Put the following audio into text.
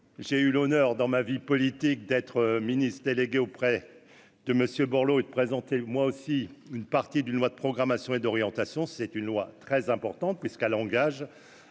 j'ai eu l'honneur dans ma vie politique d'être ministre délégué auprès de Monsieur Borloo et de présenter, moi aussi, une partie d'une loi de programmation et d'orientation, c'est une loi très importante puisqu'un langage,